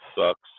sucks